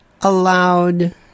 allowed